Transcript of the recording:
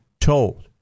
told